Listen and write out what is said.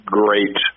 great